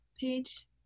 page